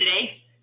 today